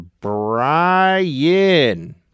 Brian